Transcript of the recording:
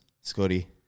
Scotty